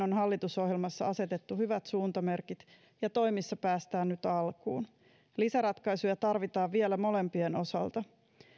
on hallitusohjelmassa asetettu hyvät suuntamerkit ja toimissa päästään nyt alkuun lisäratkaisuja tarvitaan vielä molempien osalta